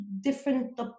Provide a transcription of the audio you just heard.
different